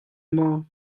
maw